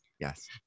Yes